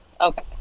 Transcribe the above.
Okay